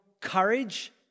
courage